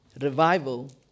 revival